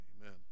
Amen